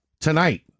tonight